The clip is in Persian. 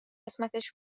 قسمتش